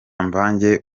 mvange